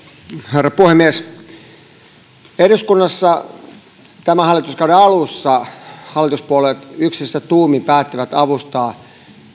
herra puhemies eduskunnassa tämän hallituskauden alussa hallituspuolueet yksissä tuumin päättivät avustaa